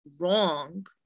wrong